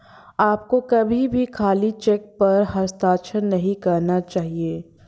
आपको कभी भी खाली चेक पर हस्ताक्षर नहीं करना चाहिए